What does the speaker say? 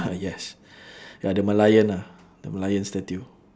ah yes ya the merlion ah the merlion statue